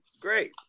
great